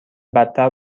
بدتر